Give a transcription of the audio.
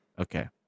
Okay